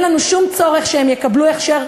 אין לנו שום צורך שהם יקבלו הכשר,